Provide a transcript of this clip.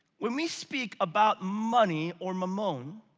when we speak about money, or mammon,